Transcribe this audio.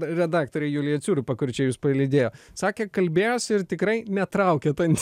redaktore julija ciurupa kur čia jus palydėjo sakė kalbėjosi ir tikrai netraukiat ant